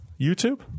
youtube